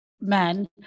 men